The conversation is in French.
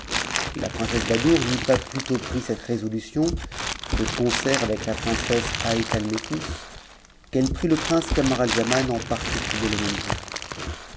la princesse badoure n'eut pas plutôt pris cette résolution de con cert avec la princesse haiatalnefous qu'elle prit le prince camara z m aj en particulier le même jour